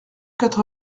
quatre